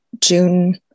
June